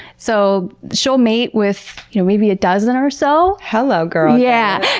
so she'll mate with you know maybe a dozen or so. hello girl! yeah!